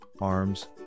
arms